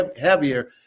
heavier